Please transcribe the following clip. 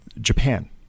Japan